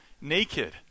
naked